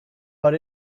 but